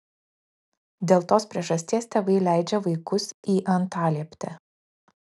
dėl tos priežasties tėvai leidžia vaikus į antalieptę